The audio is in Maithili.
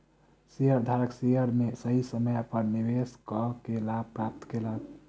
शेयरधारक शेयर में सही समय पर निवेश कअ के लाभ प्राप्त केलक